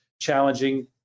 challenging